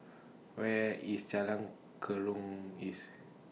Where IS Jalan